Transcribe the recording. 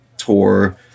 tour